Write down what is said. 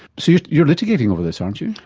so you are litigating over this, aren't you?